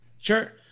Sure